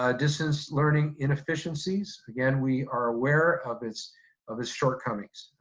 ah distance learning inefficiencies, again, we are aware of its of its shortcomings,